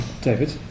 David